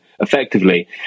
effectively